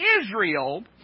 Israel